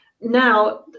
now